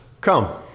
come